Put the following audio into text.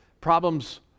problems